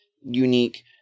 unique